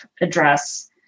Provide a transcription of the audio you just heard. address